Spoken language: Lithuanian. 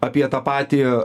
apie tą patį